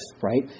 right